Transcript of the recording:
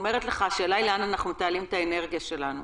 השאלה היא לאן אנחנו מתעלים את האנרגיה שלנו.